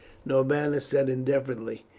norbanus said indifferently.